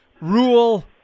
rule